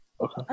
okay